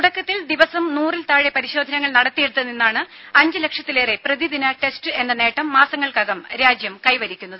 തുടക്കത്തിൽ ദിവസം നൂറിൽ താഴെ പരിശോധനകൾ നടത്തിയിടത്ത് നിന്നാണ് അഞ്ച് ലക്ഷത്തിലേറെ പ്രതിദിന ടെസ്റ്റ് എന്ന നേട്ടം മാസങ്ങൾക്കകം രാജ്യം കൈവരിക്കുന്നത്